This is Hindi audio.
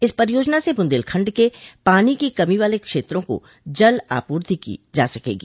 इस परियोजना से बुंदेलखंड के पानी की कमी वाले क्षेत्रों को जल आपूर्ति की जा सकेगी